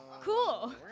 cool